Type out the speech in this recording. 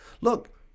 Look